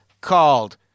called